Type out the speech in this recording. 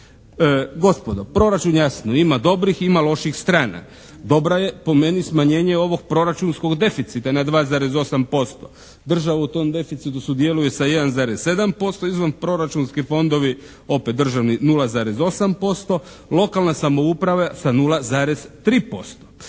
Gospodo, proračun jasno ima dobrih, ima loših strana. Dobra je po meni smanjenje ovog proračunskog deficita na 2,8%. Država u tom deficitu sudjeluje sa 1,7% izvanproračunski fondovi, opet državni 0,8%, lokalna samouprava sa 0,3%.